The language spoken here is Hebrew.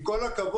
עם כל הכבוד,